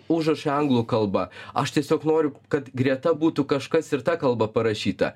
užrašai anglų kalba aš tiesiog noriu kad greta būtų kažkas ir ta kalba parašyta